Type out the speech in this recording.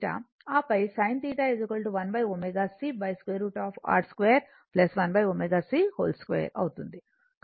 ఆపై sin θ 1ω c √ R 2 1 ω c 2 అవుతుంది